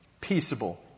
peaceable